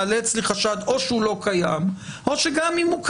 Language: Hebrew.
מעלה אצלי חשד או שהוא לא קיים או שגם אם הוא קיים,